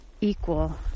equal